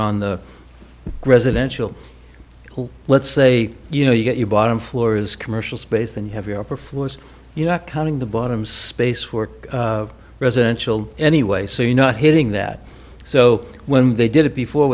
on the residential who let's say you know you get your bottom floors commercial space and you have your upper floors you're not counting the bottom space for residential anyway so you know hitting that so when they did it before